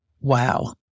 Wow